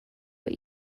what